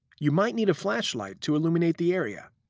you might need a flashlight to illuminate the area.